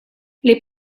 les